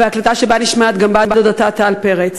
הקלטה שבה נשמעת גם בת-דודתה טל פרץ.